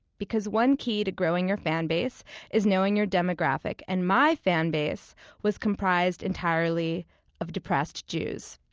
because one key to growing your fanbase is knowing your demographic and my fanbase was comprised entirely of depressed jews.